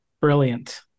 Brilliant